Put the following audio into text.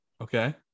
Okay